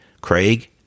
craig